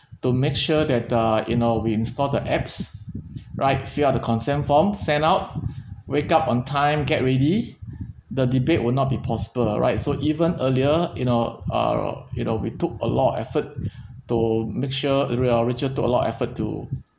to make sure that uh you know we installed the apps right fill up the consent form send out wake up on time get ready the debate will not be possible right so even earlier you know uh you know we took a lot of effort to make sure re~ uh rachel took a lot of effort to